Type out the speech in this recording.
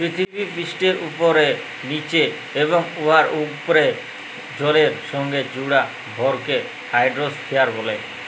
পিথিবীপিঠের উপ্রে, লিচে এবং উয়ার উপ্রে জলের সংগে জুড়া ভরকে হাইড্রইস্ফিয়ার ব্যলে